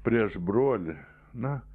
prieš brolį na